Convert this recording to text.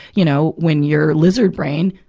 you know, when your lizard brain,